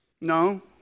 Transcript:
No